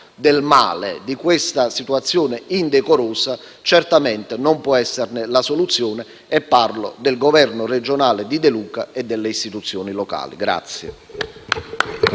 del male e di questa situazione indecorosa certamente non può esserne la soluzione e parlo del governo regionale di De Luca e delle istituzioni locali.